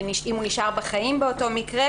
אם הוא נשאר בחיים באותו מקרה,